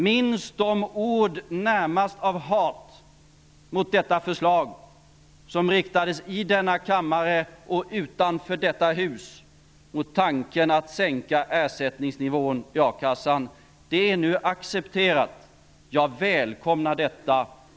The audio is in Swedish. Minns de ord närmast av hat mot detta förslag som riktades i denna kammare och utanför detta hus mot tanken på att sänka ersättningsnivån i a-kassan! Det är nu accepterat. Jag välkomnar detta.